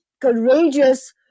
courageous